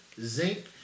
zinc